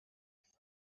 است